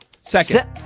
Second